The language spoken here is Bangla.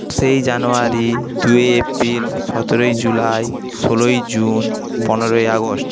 সেই জানুয়ারি দুইয়ে এপ্রিল সতেরোই জুলাই ষোলোই জুন পনেরোই আগস্ট